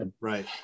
right